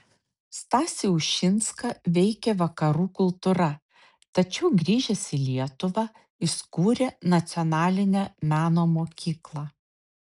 stasį ušinską veikė vakarų kultūra tačiau grįžęs į lietuvą jis kūrė nacionalinę meno mokyklą